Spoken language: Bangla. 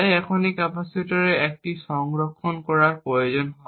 তাই যখন এই ক্যাপাসিটরে একটি 1 সংরক্ষণ করার প্রয়োজন হয়